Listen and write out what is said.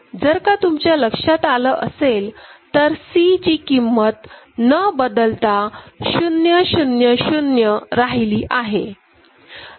जर तुमच्या लक्षात आलं असेल तर C ची किंमत न बदलता 000 राहिली आहे